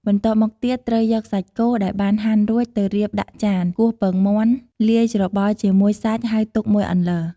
បន្ទាប់មកទៀតត្រូវយកសាច់គោដែលបានហាន់រួចទៅរៀបដាក់ចាន គោះពងមាន់លាយច្របល់ជាមួយសាច់ហើយទុកមួយអន្លើ។